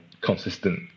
consistent